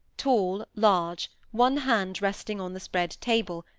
tall, large, one hand resting on the spread table,